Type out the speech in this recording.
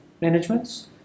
managements